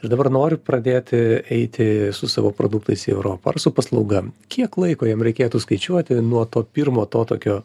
ir dabar noriu pradėti eiti su savo produktais į europą ar su paslauga kiek laiko jam reikėtų skaičiuoti nuo to pirmo to tokio